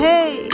Hey